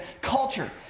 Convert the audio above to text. culture